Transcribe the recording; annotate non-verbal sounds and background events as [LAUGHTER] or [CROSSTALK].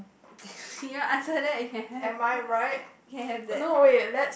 [LAUGHS] you want answer that you can have you can have that